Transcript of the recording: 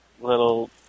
little